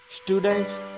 Students